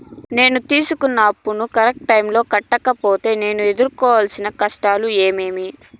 నేను తీసుకున్న అప్పును కరెక్టు టైముకి కట్టకపోతే నేను ఎదురుకోవాల్సిన కష్టాలు ఏమీమి?